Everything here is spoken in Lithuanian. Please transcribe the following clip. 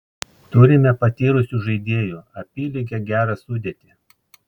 turime patyrusių žaidėjų apylygę gerą sudėtį